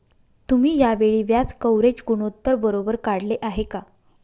तुम्ही या वेळी व्याज कव्हरेज गुणोत्तर बरोबर काढले आहे का?